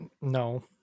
No